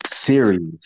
series